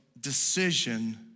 decision